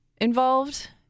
involved-